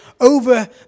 over